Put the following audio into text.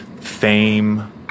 fame